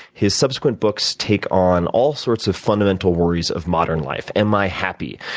his subsequent books take on all sorts of fundamental worries of modern life. am i happy?